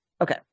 okay